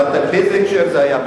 אבל באיזה הקשר זה היה?